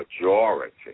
majority